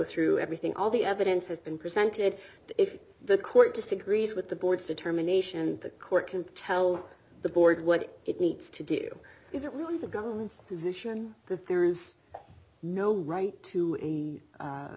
through everything all the evidence has been presented if the court disagrees with the board's determination and the court can tell the board what it needs to do is it really the government's position that there is no right to